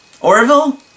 Orville